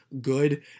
good